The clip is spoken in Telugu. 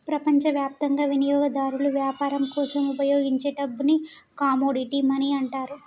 ప్రపంచవ్యాప్తంగా వినియోగదారులు వ్యాపారం కోసం ఉపయోగించే డబ్బుని కమోడిటీ మనీ అంటారు